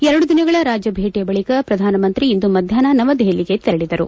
ಎರಡು ದಿನಗಳ ರಾಜ್ಯ ಭೇಟಿಯ ಬಳಿಕ ಪ್ರಧಾನಮಂತ್ರಿ ಇಂದು ಮಧ್ವಾಷ್ನ ನವದೆಹಲಿಗೆ ತತೆರಳಿದರು